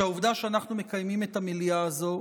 שהעובדה שאנחנו מקיימים את המליאה הזו,